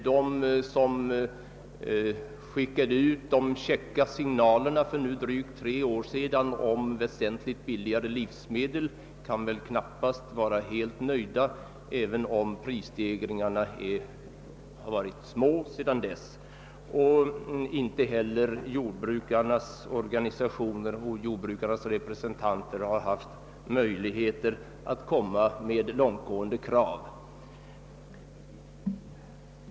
De som skickade ut de käcka signalerna för nu drygt tre år sedan om väsentligt billigare livsmedel kan knappast vara helt till freds även om Pprisstegringarna varit små sedan dess. Inte heller jordbrukarnas organisationer och jordbrukarnas representanter har haft möjligheter att ställa långtgående krav.